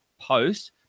post